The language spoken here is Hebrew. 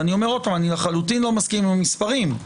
ואני לחלוטין לא מסכים עם המספרים,